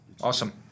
Awesome